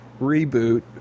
reboot